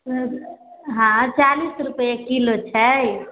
हँ चालीस रूपआ किलो छै